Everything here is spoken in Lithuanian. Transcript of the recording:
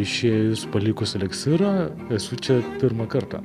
išėjus palikus eliksyrą esu čia pirmą kartą